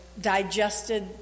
digested